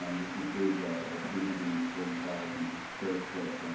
um this includes a three hundred and forty thousand square foot